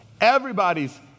Everybody's